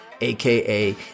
aka